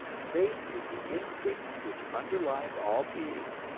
faith is the instinct which underlies all being,